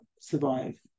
survive